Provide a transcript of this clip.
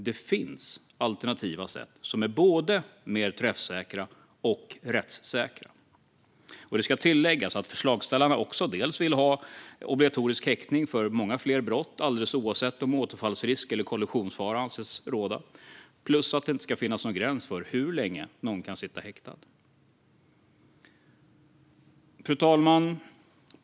Det finns alternativa sätt som är både mer träffsäkra och rättssäkra. Det ska tilläggas att förslagsställarna också dels vill ha obligatorisk häktning för många fler brott alldeles oavsett om återfallsrisk eller kollusionsfara anses råda, dels vill att det inte ska finnas någon gräns för hur länge någon kan sitta häktad. Fru talman!